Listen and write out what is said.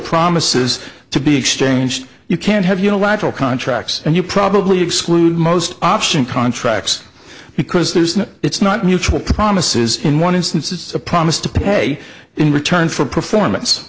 promises to be exchanged you can't have unilateral contracts and you probably exclude most option contracts because there's no it's not mutual promises in one instance it's a promise to pay in return for performance